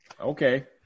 okay